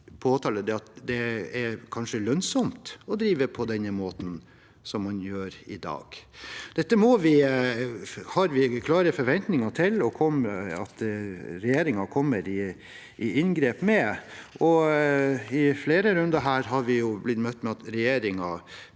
at det kanskje er lønnsomt å drive på den måten som man gjør i dag. Dette har vi klare forventninger til at regjeringen griper inn i. I flere runder har vi blitt møtt med at regjeringen